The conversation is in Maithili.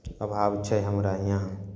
अभाव छै हमरा हिऑं